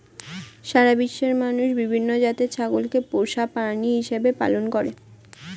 সারা বিশ্বের মানুষ বিভিন্ন জাতের ছাগলকে পোষা প্রাণী হিসেবে পালন করে